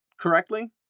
correctly